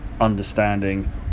understanding